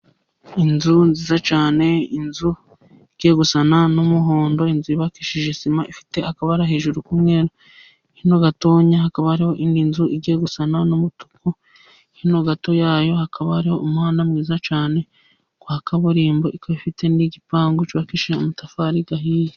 Inzu nziza cyane, inzu igiye gusa n’umuhondo, inzu yubakishije sima, ifite akabara hejuru k’umweru. Hino gatoya, hakaba hariho indi nzu igiye gusa n’umutuku. Hino gato yayo, hakaba hariho umuhanda mwiza cyane wa kaburimbo, ikaba ifite n’igipangu cyubakishije amatafari ahiye.